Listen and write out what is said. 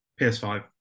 PS5